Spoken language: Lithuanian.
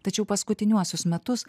tačiau paskutiniuosius metus